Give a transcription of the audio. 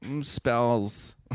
spells